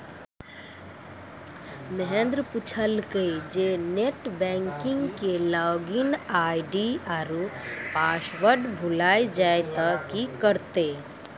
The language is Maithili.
महेन्द्र पुछलकै जे नेट बैंकिग के लागिन आई.डी आरु पासवर्ड भुलाय जाय त कि करतै?